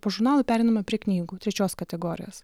po žurnalų pereiname prie knygų trečios kategorijos